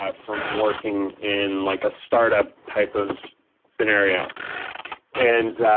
ah from working in like a startup type of scenario and